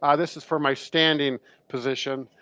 um this is for my standing position,